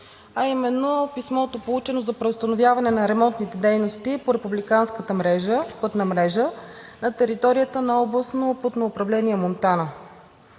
а именно писмото, получено за преустановяване на ремонтните дейности по републиканската пътна мрежа на територията на Областно пътно управление – Монтана.